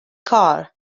car